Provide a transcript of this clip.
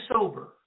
sober